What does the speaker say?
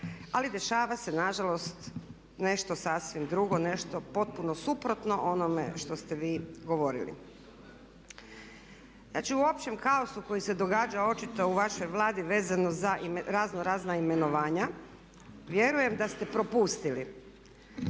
ali dešava se nažalost nešto sasvim drugo, nešto potpuno suprotno onome što ste vi govorili. Ja ću u općem kaosu koji se događao očito u vašoj Vladi vezano za razno razna imenovanja. Vjerujem da ste propustili